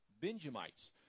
Benjamites